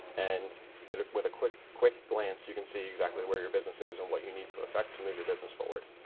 and and with a quick, quick glance, you can see exactly where your business is and what you need to affect to move your business forward.